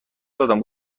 دادم